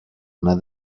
una